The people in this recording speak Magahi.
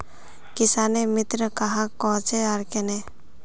किसानेर मित्र कहाक कोहचे आर कन्हे?